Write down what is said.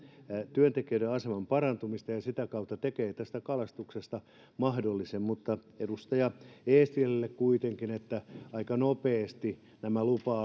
työntekijöiden aseman parantumista niin sitä kautta se tekee tästä kalastuksesta mahdollista mutta edustaja eestilälle kuitenkin aika nopeasti nämä lupa